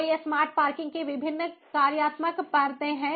तो ये smart parking की विभिन्न कार्यात्मक परतें हैं